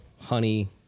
honey